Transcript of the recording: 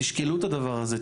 תשקלו את הדבר הזה.